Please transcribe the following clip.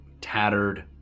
tattered